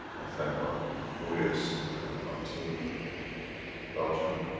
i thank our lawyers and our team in belgium,